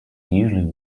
usually